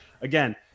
Again